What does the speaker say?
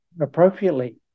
appropriately